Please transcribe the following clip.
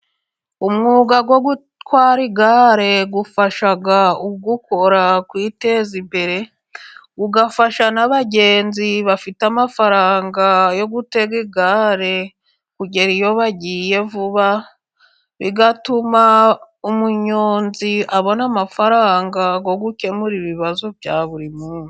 Umwuga wo gutwara igare ufasha uwukora kwiteza imbere. Ugafasha n'abagenzi bafite amafaranga yo gutega igare, kugera iyo bagiye vuba, bigatuma umunyonzi abona amafaranga yo gukemurare ibibazo bya buri munsi.